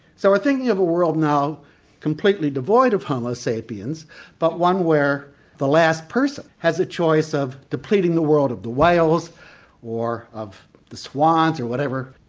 so i'm thinking of a world now completely devoid of homo sapiens but one where the last person has a choice of depleting the world of the whales or of the swans, or whatever,